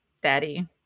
Daddy